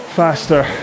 faster